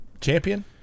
Champion